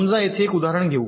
समजा येथे एक उदाहरण घेऊ